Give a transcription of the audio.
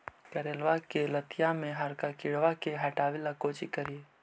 करेलबा के लतिया में हरका किड़बा के हटाबेला कोची करिए?